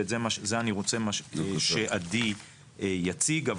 וזה אני רוצה שעדי יציג.